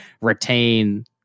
retain